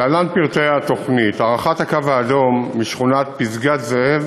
1. להלן פרטי התוכנית: הארכת "הקו האדום" משכונת פסגת-זאב